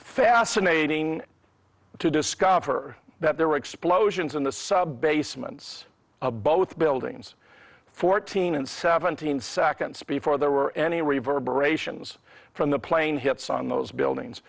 fascinating to discover that there were explosions in the subbasements of both buildings fourteen and seventeen seconds before there were any reverberations from the plane hits on those buildings